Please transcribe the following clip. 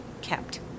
kept